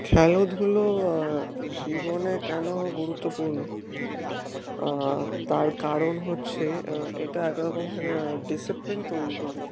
খেলোধুলো জীবনে কেন গুরুত্বপূর্ণ তার কারণ হচ্ছে এটা একরকমের ডিসিপ্লিন তৈরি করে